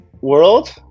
world